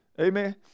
Amen